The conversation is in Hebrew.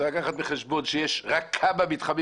צריך לקחת בחשבון שיש רק כמה מתחמים